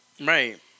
Right